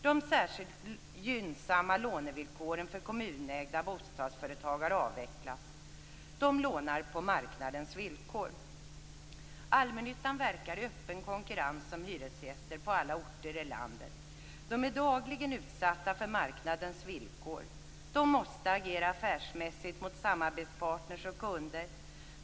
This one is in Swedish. De särskilt gynnsamma lånevillkoren för kommunägda bostadsföretag har avvecklats. De lånar på marknadens villkor. Allmännyttan verkar i öppen konkurrens om hyresgäster på alla orter i landet. Man är dagligen utsatt för marknadens villkor och måste agera affärsmässigt mot samarbetspartner och kunder.